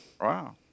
Wow